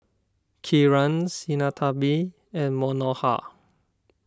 Kiran Sinnathamby and Manohar